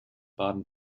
baden